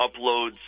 uploads